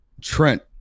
Trent